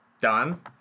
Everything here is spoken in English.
done